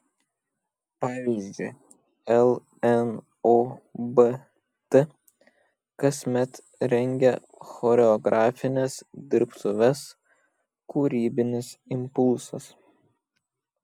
pavyzdžiui lnobt kasmet rengia choreografines dirbtuves kūrybinis impulsas